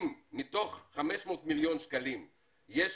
אם מתוך 500 מיליון שקלים יש